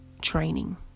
training